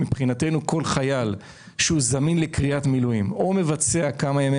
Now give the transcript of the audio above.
כל חייל שזמין לקריאת מילואים ומבצע כמה ימי